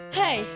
hey